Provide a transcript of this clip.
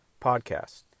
podcast